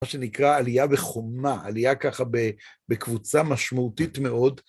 מה שנקרא עלייה בחומה, עלייה ככה בקבוצה משמעותית מאוד.